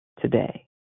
today